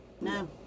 No